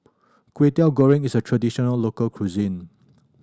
Kway Teow Goreng is a traditional local cuisine